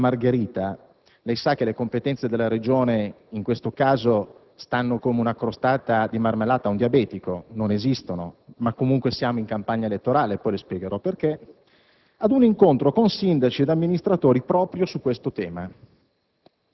della Margherita (e lei sa che le competenze della Regione in questo caso stanno come una crostata di marmellata ad un diabetico: non esistono, ma comunque siamo in campagna elettorale e poi le spiegherò perché) ad un incontro con sindaci e amministratori proprio su questo tema.